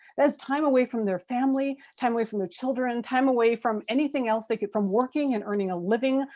that's time away from their family. time away from their children. time away from anything else they get. from working and earning a living.